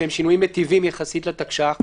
שהם שינויים מיטיבים יחסית לתקש"ח,